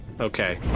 okay